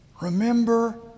Remember